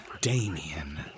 Damien